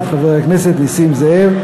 אין נמנעים.